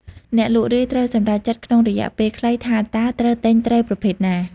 អ្នកលក់រាយ ត្រូវសម្រេចចិត្តក្នុងរយៈពេលខ្លីថាតើត្រូវទិញត្រីប្រភេទណា។